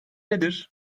nedir